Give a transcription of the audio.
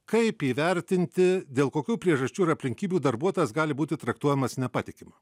kaip įvertinti dėl kokių priežasčių ir aplinkybių darbuotojas gali būti traktuojamas nepatikimu